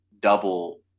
double